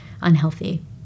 unhealthy